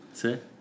sim